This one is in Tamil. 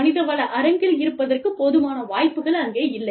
மனிதவள அரங்கில் இருப்பதற்கு போதுமான வாய்ப்புகள் அங்கே இல்லை